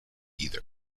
either